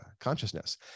consciousness